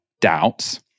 doubts